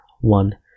one